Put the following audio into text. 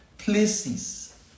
Places